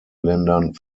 ländern